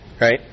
right